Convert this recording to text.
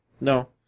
No